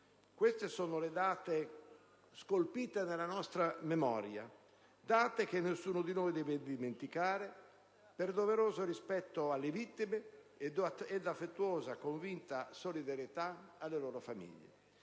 Queste sono le date, scolpite nella nostra memoria e che nessuno di noi deve dimenticare per doveroso rispetto alle vittime ed affettuosa, convinta solidarietà alle loro famiglie: